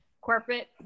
corporate